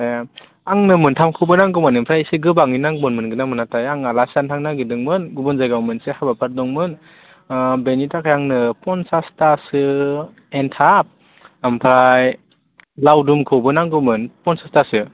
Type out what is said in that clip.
ए आंनो मोनथामखौबो नांगौमोन ओमफ्राय एसे गोबाङै नांगौमोन मोनगोन ना मोनाथाय आङो आलासि जानो थांनो नागिरदोंमोन गुबुन जायगायाव मोनसे हाबाफारि दंमोन बेनि थाखाय आंनो फन्सासथासो एन्थाब ओमफ्राय लावदुमखौबो नांगौमोन फनसासथासो